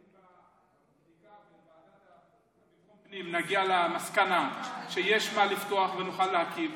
לבדיקה ובוועדת הפנים נגיע למסקנה שיש מה לפתוח ונוכל להקים,